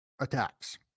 attacks